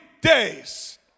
days